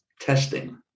testing